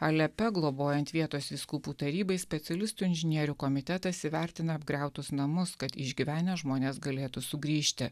alepe globojant vietos vyskupų tarybai specialistų inžinierių komitetas įvertina apgriautus namus kad išgyvenę žmonės galėtų sugrįžti